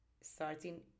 starting